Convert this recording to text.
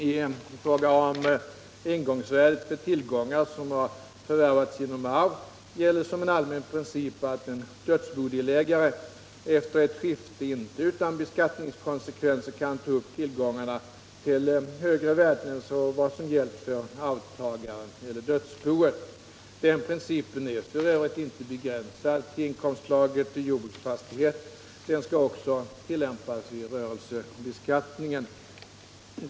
I fråga om ingångsvärdet för tillgångar som förvärvats genom arv gäller som allmän princip att en dödsbodelägare efter ett skifte inte utan beskattningskonsekvenser kan ta upp tillgångarna till högre värden än vad som gällt för arvtagaren eller dödsboet. Denna princip är f. ö. inte begränsad till inkomstslaget jordbruksfastighet — den skall också tillämpas t.ex. vid rörelsebeskattningen.